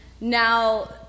now